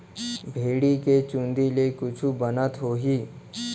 भेड़ी के चूंदी ले कुछु बनत होही?